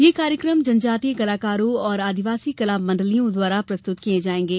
ये कार्यक्रम जनजातीय कलाकारों और आदिवासी कला मंडलियों द्वारा प्रस्तुत किये जायेंगे